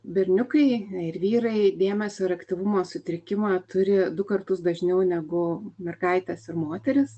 berniukai na ir vyrai dėmesio ir aktyvumo sutrikimą turi du kartus dažniau negu mergaitės ir moterys